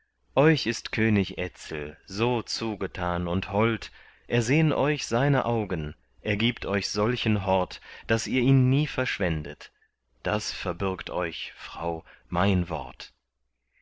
euch ist könig etzel so zugetan und hold ersehn euch seine augen er gibt euch solchen hort daß ihr ihn nie verschwendet das verbürgt euch frau mein wort